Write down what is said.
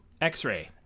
X-Ray